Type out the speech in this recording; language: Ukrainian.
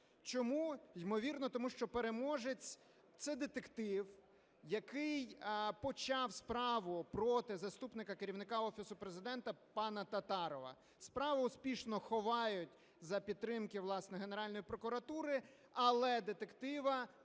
Чому? Ймовірно тому, що переможець – це детектив, який почав справу проти заступника Керівника Офісу Президента пана Татарова. Справу успішно ховають за підтримки, власне, Генеральної прокуратури, але детектива